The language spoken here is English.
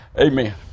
Amen